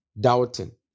Doubting